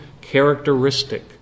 characteristic